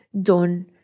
done